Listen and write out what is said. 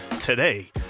Today